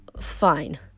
fine